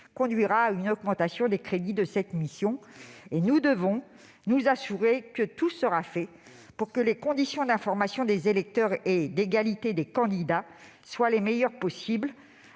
conduira à une augmentation des crédits de cette mission. Nous devons nous assurer que tout sera fait pour que les conditions d'information des électeurs et d'égalité des candidats soient les meilleures possible.